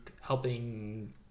helping